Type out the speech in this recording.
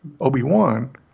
Obi-Wan